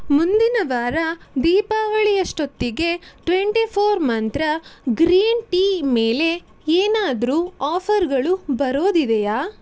ಮುಂದಿನ ವಾರ ದೀಪಾವಳಿಯಷ್ಟೊತ್ತಿಗೆ twenty four Mantra green tea ಮೇಲೆ ಏನಾದರು ಆಫರ್ಗಳು ಬರೋದಿದೆಯಾ